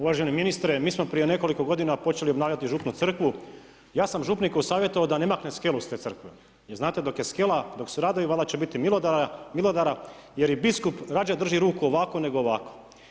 Uvaženi ministre, mi smo prije nekoliko g. počeli obnavljati župnu crkvu, ja sam župniku savjetovao da ne makne skelu s te crkve, jer znate, dok je skela, dok su radovi, valjda će biti milodara, jer i biskup rađe drži ruku ovako nego ovako.